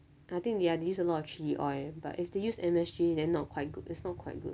I think they are they use a lot of chilli oil but if they use M_S_G then not quite good it's not quite good